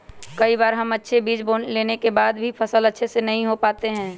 कई बार हम अच्छे बीज लेने के बाद भी फसल अच्छे से नहीं हो पाते हैं?